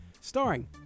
Starring